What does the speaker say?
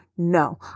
No